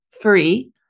free